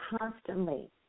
constantly